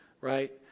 right